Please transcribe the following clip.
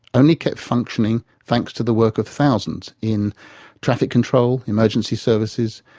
only kept functioning thanks to the work of thousands in traffic control, emergency services,